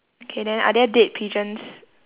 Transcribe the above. okay then are there dead pigeons